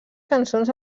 cançons